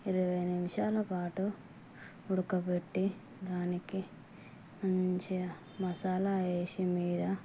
ఇరవై నిమిషాలపాటు ఉడకపెట్టి దానికి మంచిగా మసాలా వేసి మీద